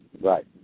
Right